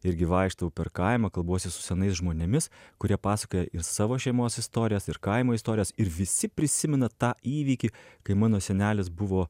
irgi vaikštau per kaimą kalbuosi su senais žmonėmis kurie pasakoja ir savo šeimos istorijas ir kaimo istorijas ir visi prisimena tą įvykį kai mano senelis buvo